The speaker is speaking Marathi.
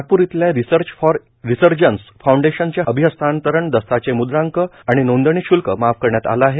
नागपूर इथल्या रिसर्च फॉर रिसर्जन्स फाऊंडेशनच्या अभिहस्तांतरण दस्ताचे मुद्रांक आणि नोंदणी शुल्क माफ करण्यात आलं आहे